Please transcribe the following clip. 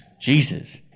Jesus